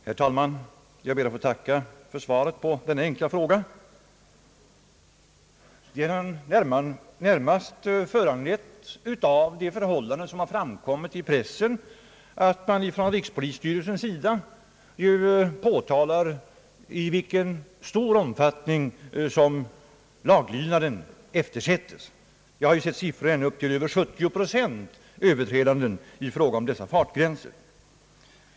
Herr talman! Jag ber att få tacka för svaret på min enkla fråga. Den var närmast föranledd av ett förhållande som har framkommit i pressen, nämligen att rikspolisstyrelsen påtalat den stora omfattning i vilken laglydnaden i trafiken eftersättes. Jag har sett siffror på att ända upp till 70 procent av bilisterna överträder dessa fartgränser.